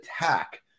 attack